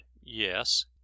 Yes